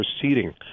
proceeding